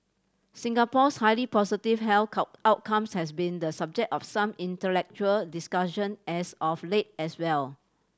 Singapore's highly positive health outcomes has been the subject of some intellectual discussion as of late as well